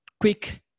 quick